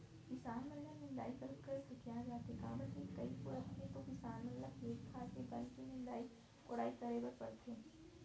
किसान मन ह निंदई करत करत हकिया जाथे काबर के कई पुरूत के तो किसान मन ल खेत खार के बन के निंदई कोड़ई करे बर परथे